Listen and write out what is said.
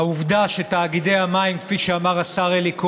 העובדה היא שתאגידי המים, כפי שאמר השר אלי כהן,